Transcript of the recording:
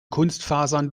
kunstfasern